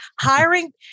Hiring